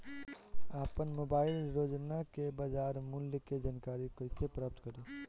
आपन मोबाइल रोजना के बाजार मुल्य के जानकारी कइसे प्राप्त करी?